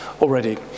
already